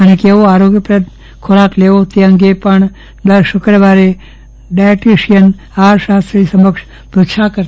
અને કેવો આરોગ્યપ્રદ ખોરાક લેવો તે અંગે પણ દર શુક્રવારે ડાય ટીશીયનઆહારશાસ્ત્રી સમક્ષ પૃચ્છા કરતા થયા છે